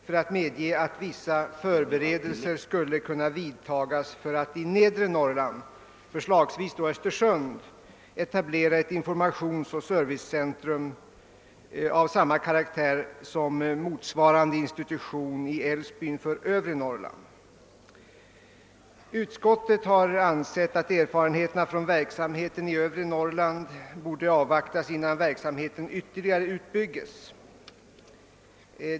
för att medge att vissa förberedelser skulle kunna vidtas för att i nedre Norrland, förslagsvis Östersund, etablera ett informationsoch servicecentrum av samma karaktär som motsvarande institution i Älvsbyn för övre Norrland. Utskottet har ansett att erfarenheterna från verksamheten i övre Norrland borde avvaktas innan verksamheten ytterligare utbyggs.